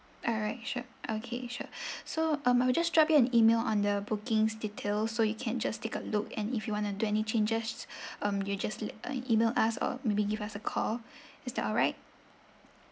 alright sure okay sure so um I'll just drop you an email on the bookings detail so you can just take a look and if you want to do any changes um you just let uh email us or maybe give us a call is that alright